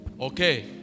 Okay